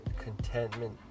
contentment